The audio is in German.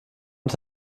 und